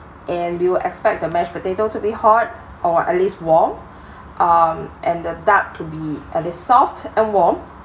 and we will expect the mash potato to be hot or at least warm um and the duck to be at least soft and warm